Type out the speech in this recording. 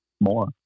More